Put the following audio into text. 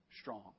strong